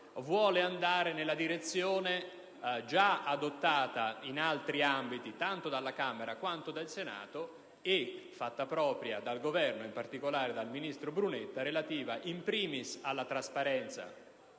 vuole andare nella direzione già adottata in altri ambiti tanto dalla Camera, quanto dal Senato e fatta propria dal Governo, in particolare dal ministro Brunetta, relativa *in primis* alla trasparenza